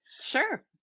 Sure